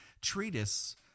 treatise